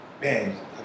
man